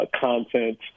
content